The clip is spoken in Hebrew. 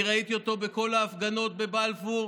אני ראיתי אותו בכל ההפגנות בבלפור,